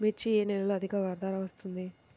మిర్చి ఏ నెలలో అధిక ధర వస్తుంది?